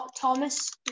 Thomas